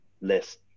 list